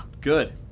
Good